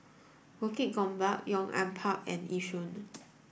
Bukit Gombak Yong An Park and Yishun